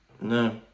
No